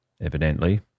evidently